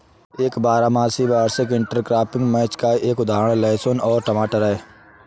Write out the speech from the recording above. एक बारहमासी वार्षिक इंटरक्रॉपिंग मैच का एक उदाहरण लहसुन और टमाटर है